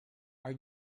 are